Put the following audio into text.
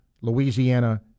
Louisiana